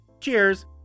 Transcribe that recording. Cheers